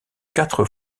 quatre